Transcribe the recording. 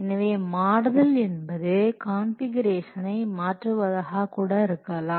எனவே மாறுதல் என்பது கான்ஃபிகுரேஷனை மாற்றுவதாக கூட இருக்கலாம்